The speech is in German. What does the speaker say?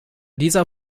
dieser